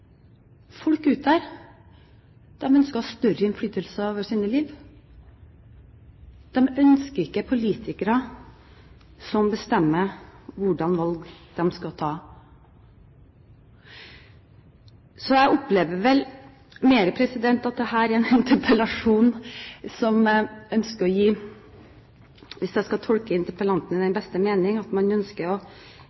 Folk der ute ønsker større innflytelse over livet sitt, de ønsker ikke politikere som bestemmer hvilke valg de skal ta. Så jeg opplever vel mer at dette er en interpellasjon der man ønsker å gi – hvis jeg skal tolke interpellanten i